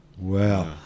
Wow